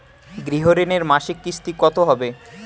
গৃহ ঋণের মাসিক কিস্তি কত হবে?